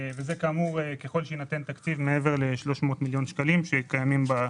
והיא תיעשה ככל שייתנן תקציב מעבר ל-300 מיליון השקלים שקיימים בהחלטה.